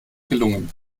gelungen